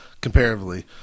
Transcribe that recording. comparatively